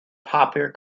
popular